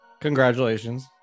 Congratulations